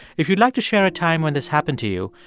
if you'd like to share a time when this happened to you,